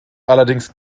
allerdings